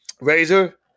Razor